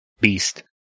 beast